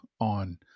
on